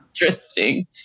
interesting